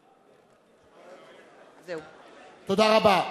תודה רבה.